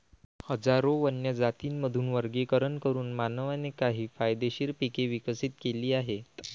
हजारो वन्य जातींमधून वर्गीकरण करून मानवाने काही फायदेशीर पिके विकसित केली आहेत